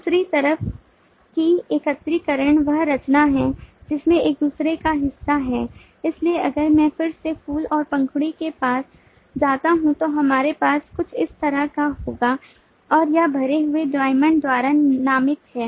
दूसरी तरह की एकत्रीकरण वह रचना है जिसमें एक दूसरे का हिस्सा है इसलिए अगर मैं फिर से फूल और पंखुड़ी के पास जाता हूं तो हमारे पास कुछ इस तरह का होगा और यह भरे हुए diamond द्वारा नामित है